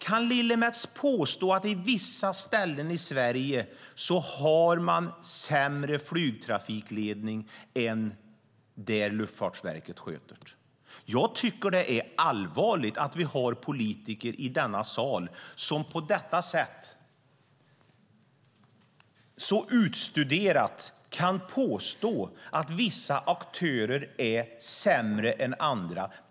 Kan Lillemets påstå att man på vissa ställen i Sverige har sämre flygtrafikledning än där Luftfartsverket sköter den? Jag tycker att det är allvarligt att vi har politiker i denna sal som på detta sätt, så utstuderat, påstår att vissa aktörer är sämre än andra.